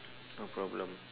no problem